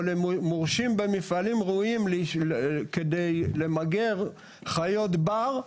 למורשים במפעלים ראויים כדי למגר חיות בר,